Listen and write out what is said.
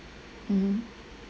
mmhmm